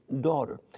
daughter